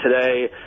today